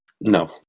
No